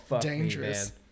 dangerous